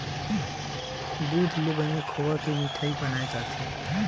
दूद ले बने खोवा के मिठई बनाए जाथे